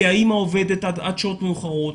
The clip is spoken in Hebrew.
כי האימא עובדת עד שעות מאוחרות.